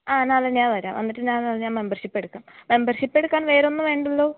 ആ നാളെ ഞാൻ വരാം വന്നിട്ട് ഞാൻ എന്നാൽ ഞാൻ മെമ്പർഷിപ്പ് എടുക്കാം മെമ്പർഷിപ്പ് എടുക്കാൻ വേറൊന്നും വേണ്ടല്ലോ